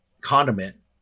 condiment